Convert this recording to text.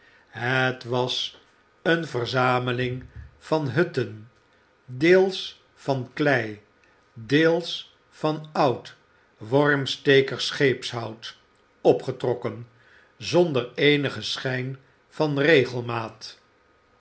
het was een verzameing van hutten deels van klei deels van oud wormstekig scheepshout opgetrokken zonder eenigen schijn van regelmaat